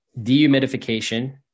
dehumidification